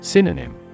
Synonym